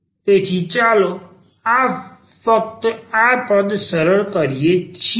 તેથી ચાલો ફક્ત આ પદ સરળ કરીએ